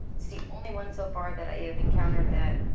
see only one so far that i have encountered that.